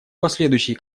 последующие